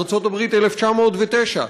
בארצות-הברית 1909,